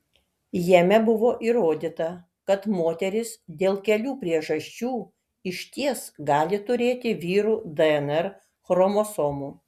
jame buvo įrodyta kad moterys dėl kelių priežasčių išties gali turėti vyrų dnr chromosomų